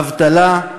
אבטלה,